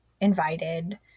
invited